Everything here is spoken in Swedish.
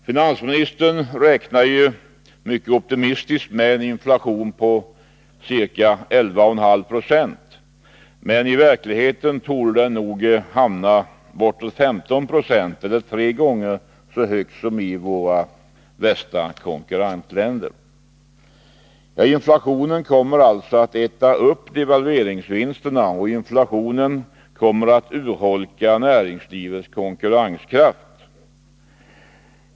Finansministern räknar mycket optimistiskt med en inflation på 11,5 90, men i verkligheten kommer den nog att hamna runt 15 9 eller bli tre gånger så hög som i våra värsta konkurrentländer. Inflationen kommer att äta upp devalveringsvinsterna och urholka näringslivets konkurrenskraft.